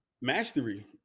Mastery